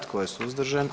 Tko je suzdržan?